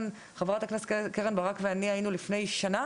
חברת הכנסת קרן ברק ואני היינו לפני שנה